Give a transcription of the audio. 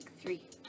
Three